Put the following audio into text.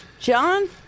John